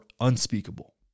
unspeakable